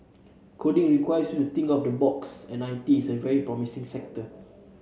coding requires you to think out of the box and I T is a very promising sector